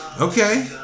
Okay